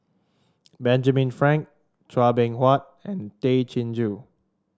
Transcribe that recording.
Benjamin Frank Chua Beng Huat and Tay Chin Joo